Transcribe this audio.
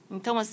Então